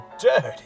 dirty